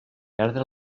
perdre